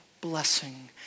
blessing